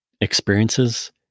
experiences